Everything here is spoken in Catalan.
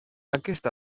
aquesta